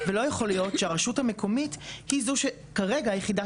ולא יכול להיות שהרשות המקומית היא זו שכרגע היחידה